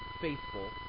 faithful